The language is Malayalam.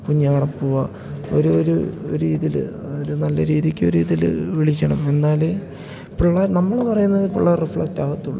കുഞ്ഞെവിടെ പോകുകയാണ് ഒരു ഒരു രീതിയില് ഒരു നല്ല രീതിക്ക് ഒരു ഇതില് വിളിക്കണം എന്നാലെ പിള്ളാർ നമ്മള് പറയുന്നതെ പിള്ളാരില് റിഫ്ലക്ട് ആകുകയുള്ളൂ